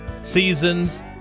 seasons